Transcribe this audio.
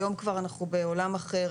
היום כבר אנחנו בעולם אחר,